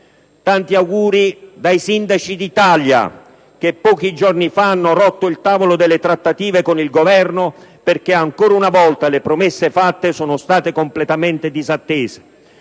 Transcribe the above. Tanti auguri dai sindaci d'Italia, che pochi giorni fa hanno rotto il tavolo delle trattative con il Governo perché ancora una volta le promesse fatte sono state completamente disattese.